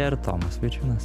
ir tomas vaičiūnas